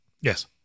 Yes